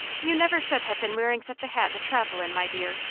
you never should have been wearing such a hat to travel in, my dear,